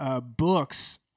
books